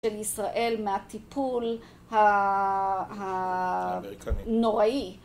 של ישראל מהטיפול הנוראי.